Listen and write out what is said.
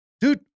dude